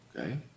Okay